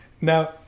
Now